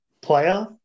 player